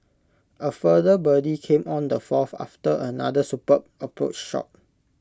A further birdie came on the fourth after another superb approach shot